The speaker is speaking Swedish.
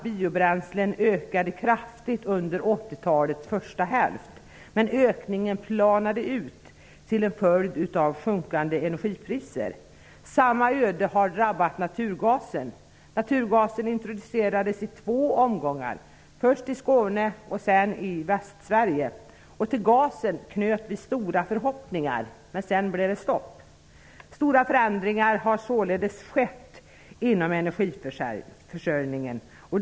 Biobränslen ökade kraftigt under 80-talets första hälft, men ökningen planade ut till följd av sjunkande energipriser. Samma öde har drabbat naturgasen. Naturgas introducerades i två omgångar, först i Skåne och sedan i Västsverige. Till gasen knöts stora förhoppningar, men sedan blev det stopp. Stora förändringar har således skett inom energiförsörjningen.